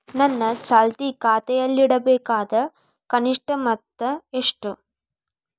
ನನ್ನ ಚಾಲ್ತಿ ಖಾತೆಯಲ್ಲಿಡಬೇಕಾದ ಕನಿಷ್ಟ ಮೊತ್ತ ಎಷ್ಟು?